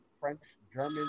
French-German